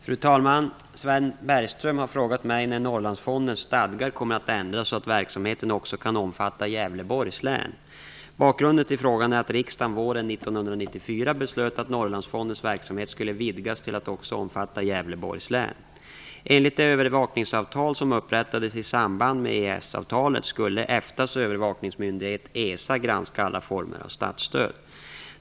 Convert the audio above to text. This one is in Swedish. Fru talman! Sven Bergström har frågat mig när Norrlandsfondens stadgar kommer att ändras så att verksamheten också kan omfatta Gävleborgs län. Bakgrunden till frågan är att riksdagen våren 1994 beslöt att Norrlandsfondens verksamhet skulle vidgas till att också omfatta Gävleborgs län. Enligt det övervakningsavtal som upprättades i samband med EES-avtalet skulle EFTA:s övervakningsmyndighet ESA granska alla former av statsstöd.